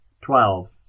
twelve